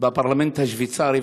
בפרלמנט השוויצרי.